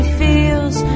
feels